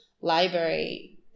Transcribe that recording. library